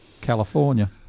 California